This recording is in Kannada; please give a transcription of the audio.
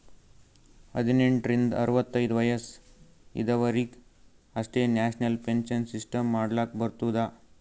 ಹದ್ನೆಂಟ್ ರಿಂದ ಅರವತ್ತೈದು ವಯಸ್ಸ ಇದವರಿಗ್ ಅಷ್ಟೇ ನ್ಯಾಷನಲ್ ಪೆನ್ಶನ್ ಸಿಸ್ಟಮ್ ಮಾಡ್ಲಾಕ್ ಬರ್ತುದ